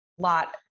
lot